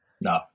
No